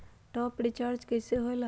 Top up recharge कइसे होएला?